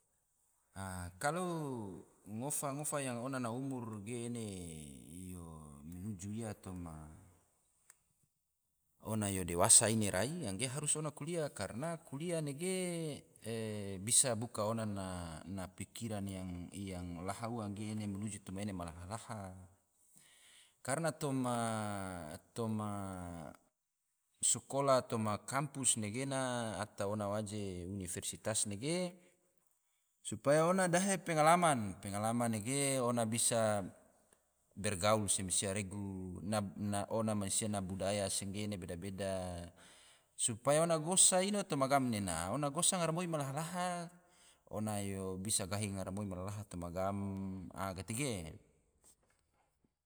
Kalo ngofa-ngofa yang ona na umur ge ene yo menuju ia toma ona yo dewasa ine rai ge yang ge ona harus kuliah, karna kulia nege bisa buka ona na pikiran yang laha ua ge ene menuju yang laha-laha, karna sakola toma kampus nege na atau ona waje universitas nege, supaya ona dahe pengalaman, pengalaman nege ona bisa bergaul se mansia regu, ona mansia na budaya nege beda-beda. supaya ona gosa ino toma gam nena gosa garamoi ma laha-laha. ona bisa gahi garamoi ma laha-laha toma gam. a gatege